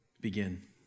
begin